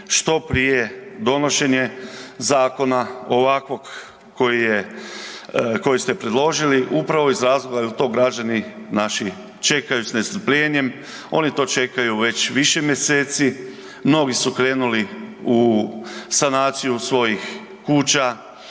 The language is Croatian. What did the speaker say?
što prije donošenje zakona ovakvog koji je, koji ste predložili, upravo iz razloga jer to građani naši čekaju s nestrpljenjem. Oni to čekaju već više mjeseci, mnogi su krenuli u sanaciju svojih kuća